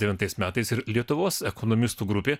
devintais metais ir lietuvos ekonomistų grupė